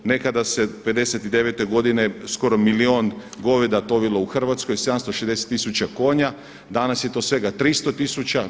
Nekada se '59. godine skoro milijun goveda tovilo u Hrvatskoj, 760 tisuća konja, danas je to svega 300 tisuća.